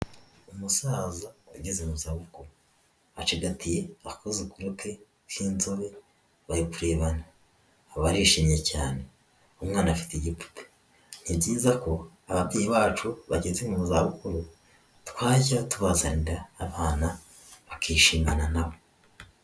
Umusaza ageze mu za bukuru acigatiye akozukuru ke k'inzobe barikurebana, barishimye cyane, umwana afite igipupe, ni byiza ko ababyeyi bacu bageze mu za bukuru twajya tubazanira abana bakishimana nabo.